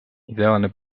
ideaalne